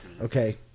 Okay